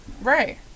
Right